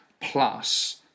plus